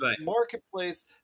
marketplace